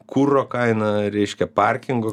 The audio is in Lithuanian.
kuro kainą reiškia parkingų